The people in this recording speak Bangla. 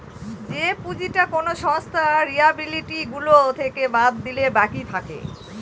যে পুঁজিটা কোনো সংস্থার লিয়াবিলিটি গুলো থেকে বাদ দিলে বাকি থাকে